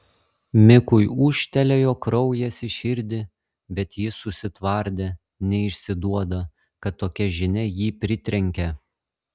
mikui ūžtelėjo kraujas į širdį bet jis susitvardė neišsiduoda kad tokia žinia jį pritrenkė